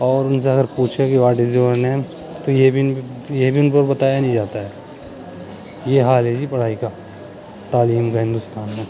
اور ان سے اگر پوچھا کہ واٹ از یور نیم تو یہ بھی ان یہ بھی ان پر بتایا نہیں جاتا ہے یہ حال ہے جی پڑھائی کا تعلیم کا ہندوستان میں